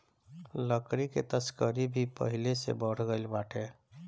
लकड़ी के तस्करी भी पहिले से बढ़ गइल बाटे